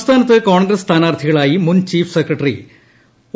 സംസ്ഥാനത്ത് കോൺഗ്രസ്സ് സ്ഥാനാർത്ഥികളായി മുൻ ചീഫ് സെക്രട്ടറി ഒ